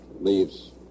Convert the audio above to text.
leaves